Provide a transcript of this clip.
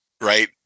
Right